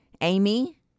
Amy